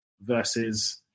versus